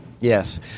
Yes